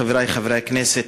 חברי חברי הכנסת,